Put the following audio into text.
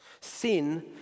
Sin